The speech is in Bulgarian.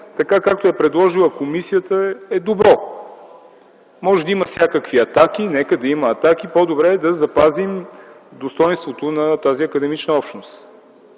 така, както го е предложила комисията, е добро. Може да има всякакви атаки. Нека да има атаки. По-добре е да запазим достойнството на тази академична общност.